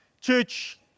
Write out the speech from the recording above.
church